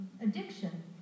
addiction